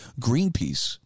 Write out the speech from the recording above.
Greenpeace